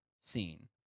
seen